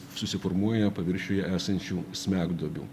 susiformuoja paviršiuje esančių smegduobių